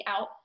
out